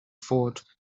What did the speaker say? fort